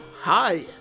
hi